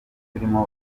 turimo